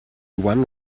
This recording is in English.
one